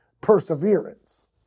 perseverance